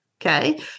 okay